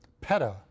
peta